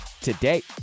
today